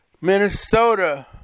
Minnesota